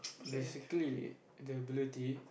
basically the ability